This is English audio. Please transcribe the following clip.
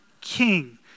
king